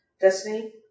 Destiny